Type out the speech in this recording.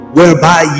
whereby